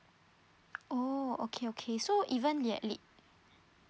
oh okay okay so even